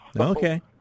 Okay